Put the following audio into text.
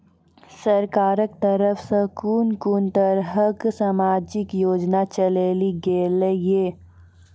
सरकारक तरफ सॅ कून कून तरहक समाजिक योजना चलेली गेलै ये?